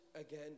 again